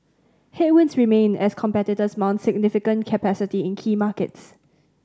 headwinds remain as competitors mount significant capacity in key markets